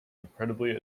incredibly